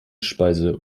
speise